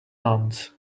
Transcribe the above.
nouns